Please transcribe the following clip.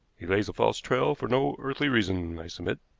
he lays a false trail for no earthly reason, i submit.